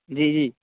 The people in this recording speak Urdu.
جی جی